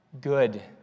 good